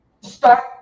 start